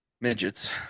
midgets